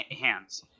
hands